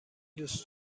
دوست